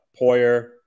poyer